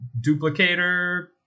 duplicator